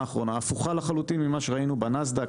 האחרונה היא הפוכה לחלוטין ממה שראינו בנאסד"ק,